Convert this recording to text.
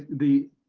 the,